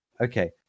Okay